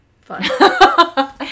Fun